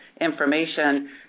information